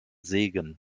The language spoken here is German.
segen